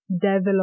develop